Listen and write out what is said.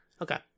Okay